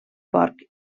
porc